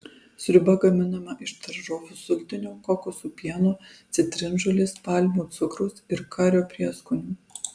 sriuba gaminama iš daržovių sultinio kokosų pieno citrinžolės palmių cukraus ir kario prieskonių